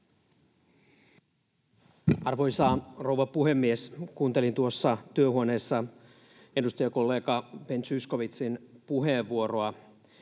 Arvoisa rouva puhemies! Kuuntelin tuossa työhuoneessa edustajakollega Ben Zyskowiczin puheenvuoroa,